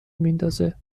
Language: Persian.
میندازه